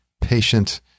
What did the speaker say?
patient